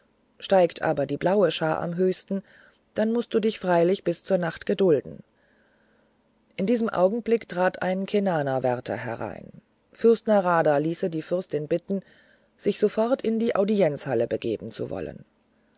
steigt aber die blaue schar am höchsten dann mußt du dich freilich bis zur nacht gedulden in diesem augenblicke trat ein cenanawärter herein fürst narada ließe die fürstin bitten sich sofort in die audienzhalle begeben zu wollen